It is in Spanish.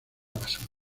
pasando